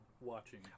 watching